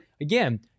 again